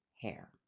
hair